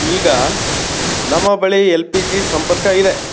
ಈಗ ನಮ್ಮ ಬಳಿ ಎಲ್ ಪಿ ಜಿ ಸಂಪರ್ಕ ಇದೆ